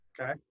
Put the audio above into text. Okay